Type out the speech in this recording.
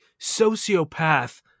sociopath